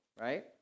right